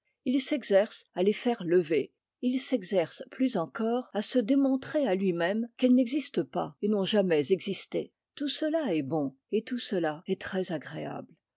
il s'exerce à les faire lever il s'exerce plus encore à se démontrer à lui-même qu'elles n'existent pas et n'ont jamais existé tout cela est bon et tout cela est